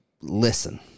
listen